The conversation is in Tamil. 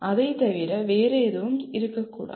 அதை தவிர வேறு எதுவும் இருக்க கூடாது